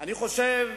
בגלל הקופסאות,